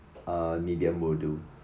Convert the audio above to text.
uh medium will do